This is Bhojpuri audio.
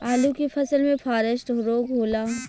आलू के फसल मे फारेस्ट रोग होला?